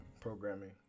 programming